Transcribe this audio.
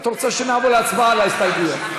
את רוצה שנעבור להצבעה על ההסתייגויות.